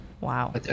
Wow